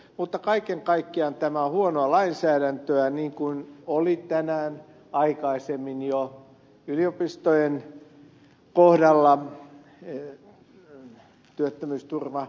mutta kaiken kaikkiaan tämä on huonoa lainsäädäntöä niin kuin oli tänään aikaisemmin jo yliopistojen kohdalla työttömyysturvakysymyksessä